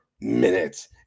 minutes